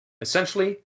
essentially